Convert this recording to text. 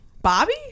Bobby